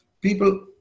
people